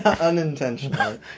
unintentionally